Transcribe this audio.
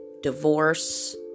divorce